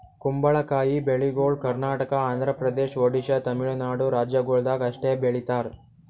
ಕುಂಬಳಕಾಯಿ ಬೆಳಿಗೊಳ್ ಕರ್ನಾಟಕ, ಆಂಧ್ರ ಪ್ರದೇಶ, ಒಡಿಶಾ, ತಮಿಳುನಾಡು ರಾಜ್ಯಗೊಳ್ದಾಗ್ ಅಷ್ಟೆ ಬೆಳೀತಾರ್